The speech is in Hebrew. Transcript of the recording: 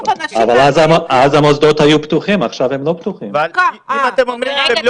אבל אז המוסדות היו פתוחים, עכשיו הם לא